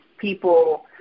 people